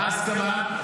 מה ההסכמה?